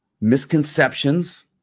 misconceptions